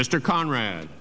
mr conrad